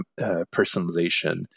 personalization